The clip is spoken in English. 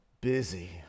Busy